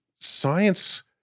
science